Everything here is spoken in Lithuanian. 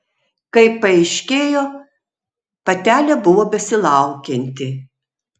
kaip paaiškėjo patelė buvo besilaukianti